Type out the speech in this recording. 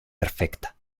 perfecta